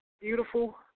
beautiful